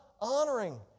honoring